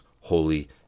holy